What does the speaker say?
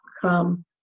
come